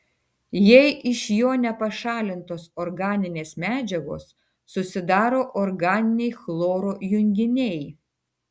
jei iš jo nepašalintos organinės medžiagos susidaro organiniai chloro junginiai